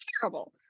terrible